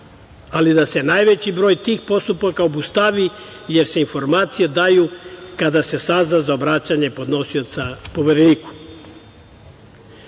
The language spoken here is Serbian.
ali da se najveći broj tih postupaka obustavi jer se informacije daju kada se sazna za obraćanje podnosioca Povereniku. Posebno